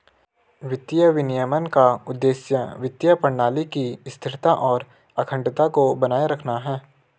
वित्तीय विनियमन का उद्देश्य वित्तीय प्रणाली की स्थिरता और अखंडता को बनाए रखना है